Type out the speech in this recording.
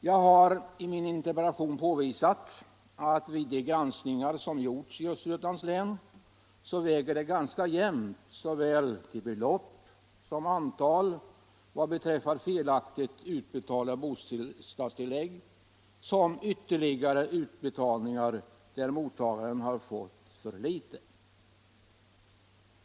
Jag har i min interpellation påvisat att det vid de granskningar som gjorts i Östergötlands län visat sig att det väger ganska jämnt — både i fråga om beloppet och i fråga om antalet fall — mellan de fall där bostadstillägg felaktigt utbetalats och de fall där mottagaren fått för litet och ytterligare utbetalningar fått göras.